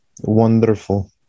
wonderful